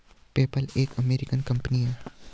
PayPal एक American company है